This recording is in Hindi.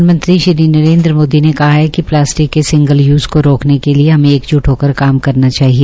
प्रधानमंत्री श्री नरेन्द्र मोदी ने कहा है कि प्लास्टिक के सिंगल यूज को रोकने के लिए हमें एकजुट होकर काम करना चाहिए